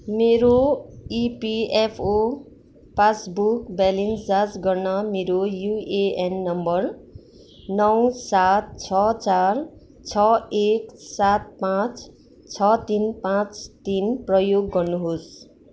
मेरो EPFO passbook balance जाँच गर्न मेरो युएएन नम्बर नौ सात छ चार छ एक सात पाँच छ तिन पाँच तिन प्रयोग गर्नुहोस्